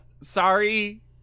Sorry